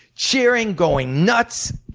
cheering, going nuts.